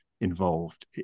involved